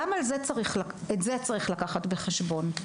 גם את זה צריך לקחת בחשבון.